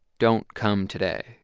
don't come today.